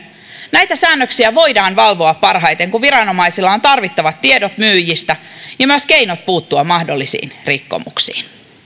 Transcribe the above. näitä säännöksiä voidaan valvoa parhaiten kun viranomaisilla on tarvittavat tiedot myyjistä ja myös keinot puuttua mahdollisiin rikkomuksiin